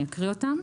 אני אקריא אותם.